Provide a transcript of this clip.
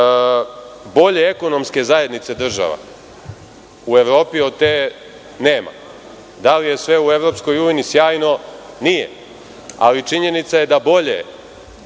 bolje ekonomske zajednice država u Evropi od te nema. Da li je sve u EU sjajno – nije, ali činjenica je da bolje